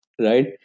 right